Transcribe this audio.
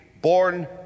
born